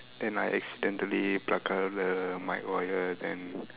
then I accidentally pluck out the mic wire then